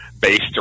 based